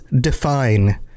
define